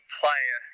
player